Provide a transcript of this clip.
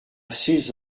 seize